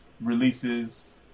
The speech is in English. releases